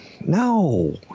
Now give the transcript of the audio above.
No